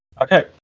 Okay